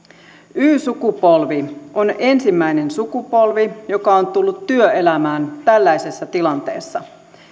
y sukupolvi on ensimmäinen sukupolvi joka on tullut työelämään tällaisessa tilanteessa